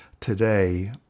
today